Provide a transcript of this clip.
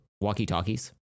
walkie-talkies